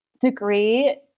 degree